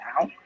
now